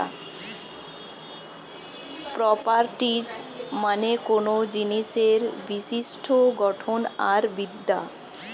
properties মানে কোনো জিনিসের বিশিষ্ট গঠন আর বিদ্যা